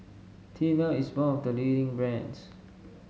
Tena is one of the leading brands